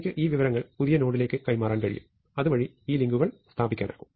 എനിക്ക് ഈ വിവരങ്ങൾ പുതിയ നോഡിലേക്ക് കൈമാറാൻ കഴിയും അതുവഴി ഈ ലിങ്കുകൾ സ്ഥാപിക്കാനാകും